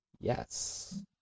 Yes